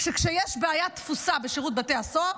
שכשיש בעיית תפוסה בשירות בתי הסוהר,